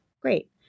Great